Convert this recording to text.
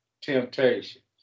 Temptations